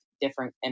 different